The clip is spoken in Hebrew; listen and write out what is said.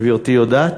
גברתי יודעת?